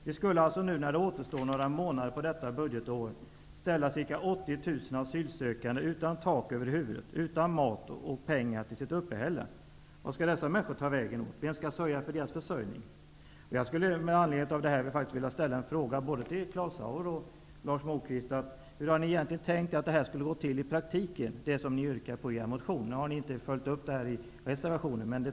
Vi skulle alltså nu när det återstår några månader av detta budgetår ställa ca 80 000 asylsökanden utan tak över huvudet, utan mat och pengar till sitt uppehälle. Vart skall dessa människor ta vägen? Vem skall svara för deras försörjning? Jag vill med anledning av detta ställa en fråga till både Claus Zaar och Lars Moquist: Hur har ni tänkt er att det ni yrkar på i er motion skulle gå till i praktiken? Ni har inte följt upp det i reservationen.